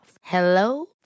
Hello